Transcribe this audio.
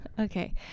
Okay